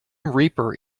reaper